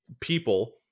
people